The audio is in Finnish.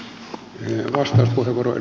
arvoisa puhemies